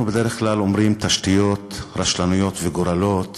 אנחנו בדרך כלל אומרים: תשתיות, רשלנויות וגורלות,